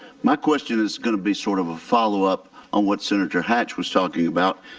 my question is going to be sort of a follow up on what senator hatch was talking about.